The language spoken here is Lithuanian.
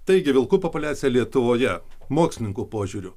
taigi vilkų populiacija lietuvoje mokslininkų požiūriu